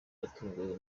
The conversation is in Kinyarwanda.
yatunguwe